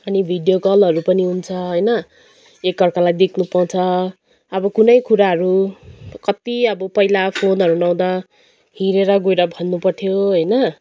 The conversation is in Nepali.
अनि भिडियो कलहरू पनि हुन्छ होइन एकअर्कालाई देख्नु पाउँछ अब कुनै कुराहरू कति अब पहिला फोनहरू नहुँदा हिँडेर गएर भन्नुपऱ्थ्यो होइन